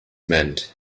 meant